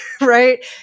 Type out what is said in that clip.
right